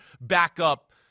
backup